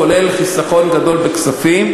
כולל חיסכון גדול בכספים,